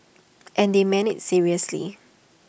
and they meant IT seriously